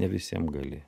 ne visiem gali